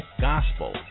gospel